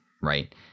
Right